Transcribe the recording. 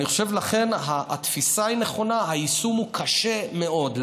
אני חושב שהתפיסה נכונה, היישום קשה מאוד.